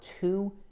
two